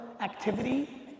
activity